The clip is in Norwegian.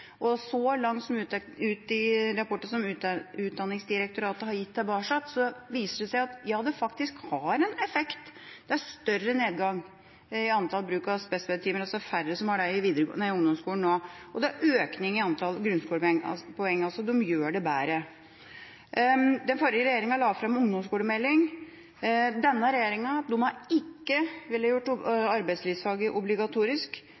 seg at det faktisk har effekt. Det er større nedgang i antall spesialpedagogikktimer, det er færre som har det i ungdomsskolen nå, og det er økning i antall grunnskolepoeng. De gjør det altså bedre. Den forrige regjeringa la fram en ungdomsskolemelding. Denne regjeringa har ikke villet gjøre arbeidslivsfaget obligatorisk.